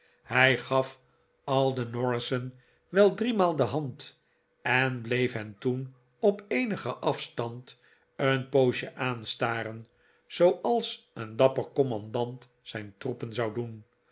hij gaf al de norrissen wel driemaal de hand en bleef hen toen op eenigen afstand een poosje aanstaren zooals een dapper commandant zijn troepen zou doen